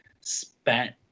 spent